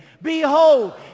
Behold